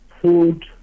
food